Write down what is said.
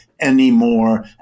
anymore